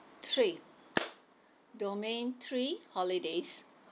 three domain three holidays